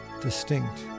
distinct